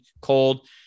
cold